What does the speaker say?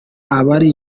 abari